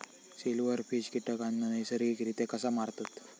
Silverfish कीटकांना नैसर्गिकरित्या कसा मारतत?